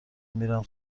میرم